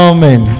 Amen